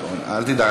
אל תדאג,